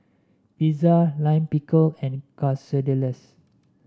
Pizza Lime Pickle and Quesadillas